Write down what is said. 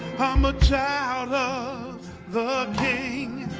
i'm a child of the king